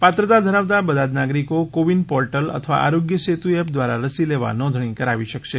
પાત્રતા ધરાવતા બધા જ નાગરીકો કોવીન પોર્ટલ અથવા આરોગ્ય સેતુ એપ દ્વારા રસી લેવા નોંધણી કરાવી શકશે